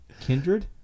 Kindred